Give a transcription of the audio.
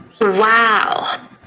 Wow